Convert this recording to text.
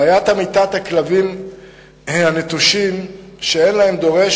בעיית המתת כלבים נטושים שאין להם דורש